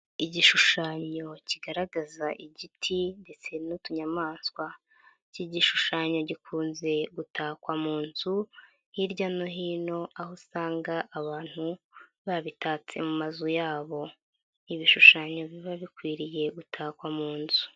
Igishushanyo kigaragaza igiti ndetse n'utunyamanswa, iki gishushanyo gikunze gutakwa mu nzu hirya no hino, aho usanga abantu babitatse mu mazu yabo. Ibishushanyo biba bikwiriye gutakwa mu nzu.